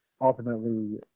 ultimately –